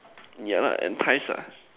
yeah lah entice ah